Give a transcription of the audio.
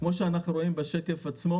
כמו שאנחנו רואים בשקף עצמו